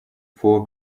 four